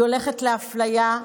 היא הולכת לאפליה.